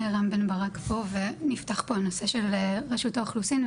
ברק פה ונפתח פה הנושא של רשות האוכלוסין.